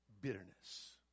bitterness